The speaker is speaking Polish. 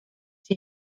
się